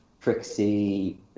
Trixie